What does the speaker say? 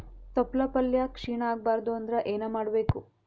ತೊಪ್ಲಪಲ್ಯ ಕ್ಷೀಣ ಆಗಬಾರದು ಅಂದ್ರ ಏನ ಮಾಡಬೇಕು?